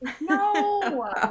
no